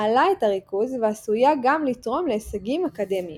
מעלה את הריכוז ועשויה גם לתרום להישגים אקדמיים.